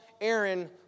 Aaron